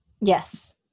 Yes